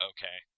Okay